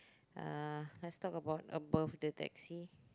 uh let's talk about above the taxi